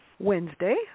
Wednesday